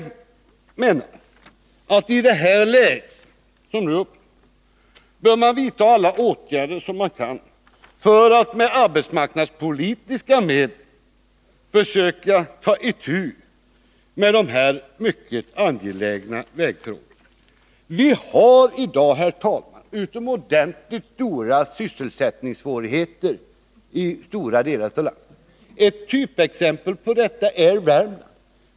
Vi socialdemokrater menar att man i det läge som nu uppstått bör vidta alla åtgärder som man kan vidta för att med arbetsmarknadspolitiska medel försöka ta itu med dessa mycket angelägna vägprojekt. Vi har i dag, herr talman, utomordentligt stora sysselsättningssvårigheter i stora delar av landet. Ett typexempel är förhållandena i Värmland.